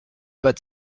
pas